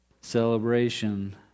celebration